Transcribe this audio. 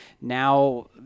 now